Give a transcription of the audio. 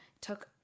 took